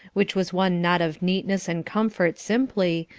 which was one not of neatness and comfort simply,